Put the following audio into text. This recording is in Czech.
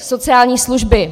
Sociální služby.